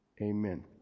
Amen